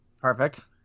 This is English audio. Perfect